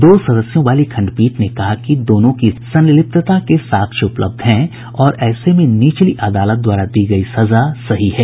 दो सदस्यों वाली खंडपीठ ने कहा कि दोनों की इस मामले में संलिप्तता के साक्ष्य उपलब्ध हैं और ऐसे में निचली अदालत द्वारा दी गई सजा सही है